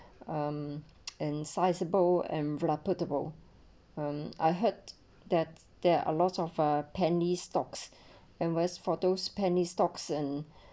um and sizable and reliable um I heard that there are lots of a penny stocks and west photos penny stocks and